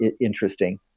interesting